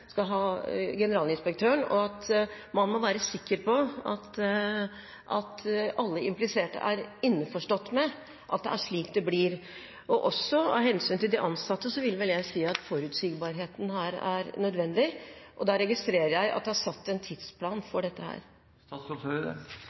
skal ha Generalinspektøren, og man må være sikker på at alle impliserte er innforstått med at det er slik det blir. Også av hensyn til de ansatte vil jeg si at forutsigbarheten her er nødvendig, og da registrerer jeg at det er satt en tidsplan for dette.